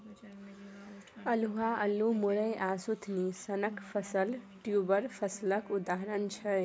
अल्हुआ, अल्लु, मुरय आ सुथनी सनक फसल ट्युबर फसलक उदाहरण छै